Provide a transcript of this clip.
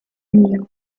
miu